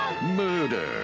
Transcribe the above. murder